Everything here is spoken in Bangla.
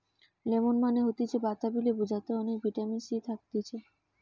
লেমন মানে হতিছে বাতাবি লেবু যাতে অনেক ভিটামিন সি থাকতিছে